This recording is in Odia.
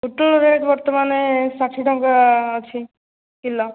ପୋଟଳ ରେଟ୍ ବର୍ତ୍ତମାନ ଷାଠିଏ ଟଙ୍କା ଅଛି କିଲୋ